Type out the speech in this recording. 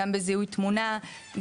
גם בזיהוי תמונה,